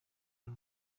are